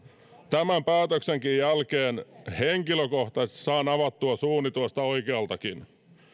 tämän päätöksenkin jälkeen henkilökohtaisesti saan avattua suuni tuosta oikealtakin